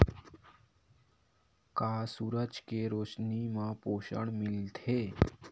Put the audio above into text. का सूरज के रोशनी म पोषण मिलथे?